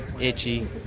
itchy